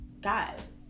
guys